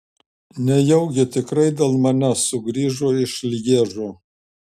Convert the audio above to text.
nejaugi tikrai dėl manęs sugrįžo iš lježo